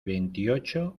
veintiocho